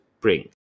bring